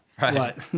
Right